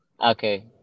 Okay